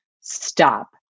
stop